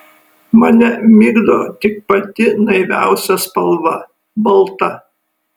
mane migdo tik pati naiviausia spalva balta